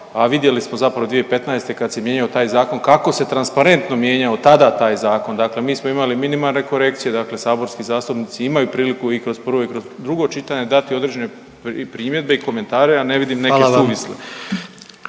a vidjeli smo zapravo 2015. kada se mijenjao taj zakon kako se transparentno mijenjao tada taj zakon. Dakle, mi smo imali minimalne korekcije, dakle saborski zastupnici imaju priliku i kroz prvo i kroz drugo čitanje dati određene primjedbe i komentare, a ne vidim neke suvisle.